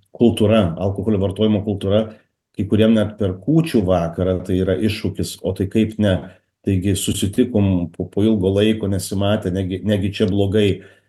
kultūra alkoholio vartojimo kultūra kai kuriem net per kūčių vakarą tai yra iššūkis o tai kaip ne taigi susitikom po po ilgo laiko nesimatę negi negi čia blogai